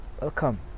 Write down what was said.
Welcome